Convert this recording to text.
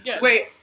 wait